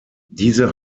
diese